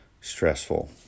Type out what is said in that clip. stressful